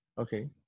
okay